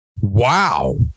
Wow